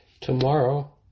Tomorrow